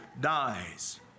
dies